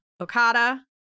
Okada